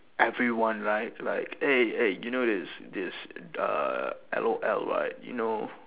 everyone right like eh eh you know this this uh L_O_L right you know